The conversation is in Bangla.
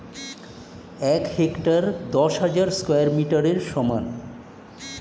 এক হেক্টার দশ হাজার স্কয়ার মিটারের সমান